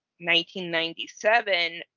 1997